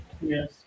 Yes